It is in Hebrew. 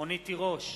רונית תירוש,